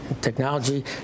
technology